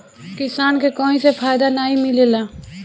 किसान के कहीं से फायदा नाइ मिलेला